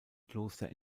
kloster